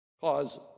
cause